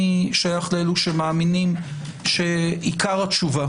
אני שייך לאלו שמאמינים שעיקר התשובה